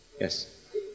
Yes